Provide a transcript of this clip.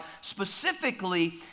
specifically